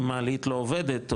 אם מעלית לא עובדת,